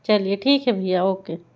चलिए ठीक है भैया ओके